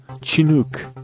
Chinook